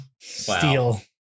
Steel